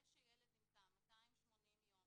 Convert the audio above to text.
זה שילד נמצא 280 יום